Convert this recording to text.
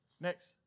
Next